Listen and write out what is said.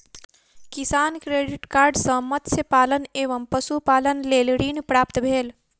किसान credit card सॅ मत्स्य पालन एवं पशुपालनक लेल ऋण प्राप्त भेल